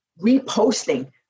Reposting